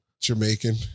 Jamaican